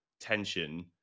tension